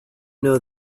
know